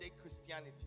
Christianity